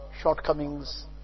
shortcomings